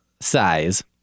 size